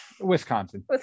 Wisconsin